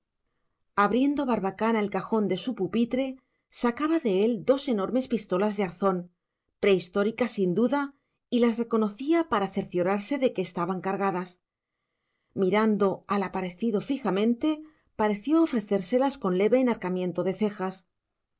abriendo barbacana el cajón de su pupitre sacaba de él dos enormes pistolas de arzón prehistóricas sin duda y las reconocía para cerciorarse de que estaban cargadas mirando al aparecido fijamente pareció ofrecérselas con leve enarcamiento de cejas